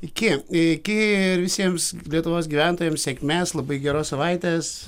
iki iki ir visiems lietuvos gyventojams sėkmės labai geros savaitės